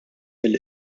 mill